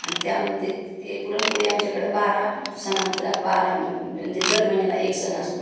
आणि त्यामध्ये ते पुरणपोळी आमच्याकडं बारा सणाचा बारा म म्हणजे दर महिन्याला एक सण असतो